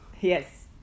Yes